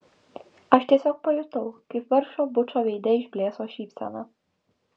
aš tiesiog pajutau kaip vargšo bučo veide išblėso šypsena